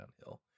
downhill